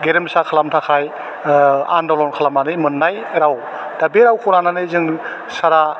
गेरेमसा खालामनो थाखाय आनदलन खालामनानै मोननाय राव दा बे रावखौ लानानै जों सारा